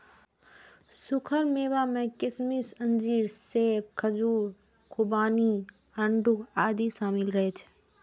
सूखल मेवा मे किशमिश, अंजीर, सेब, खजूर, खुबानी, आड़ू आदि शामिल रहै छै